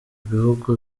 bihugu